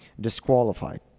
disqualified